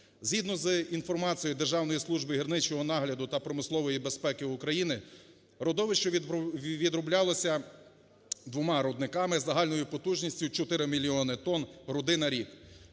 Згідно з інформацією Державної служби гірничого нагляду та промислової безпеки України родовище відроблялося двома рудниками з загальною потужністю 4 мільйони тонн руди на рік.